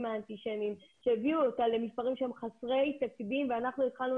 האנטישמיים שהביאו אותה למספרים שהם חסרי תקדים ואנחנו התחלנו